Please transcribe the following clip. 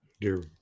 dear